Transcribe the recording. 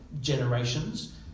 generations